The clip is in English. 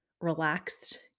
relaxed